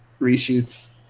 reshoots